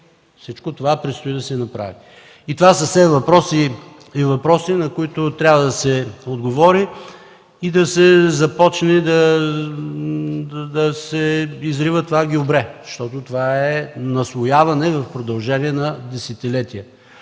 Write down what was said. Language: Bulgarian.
Всичко това предстои да се направи. Това са все въпроси и въпроси, на които трябва да се отговори и да се започне да се изрива това гюбре, защото наслояването е в продължение на десетилетия.